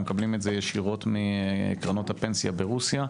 מקבלים ישירות מקרנות הפנסיה ברוסיה,